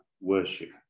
worship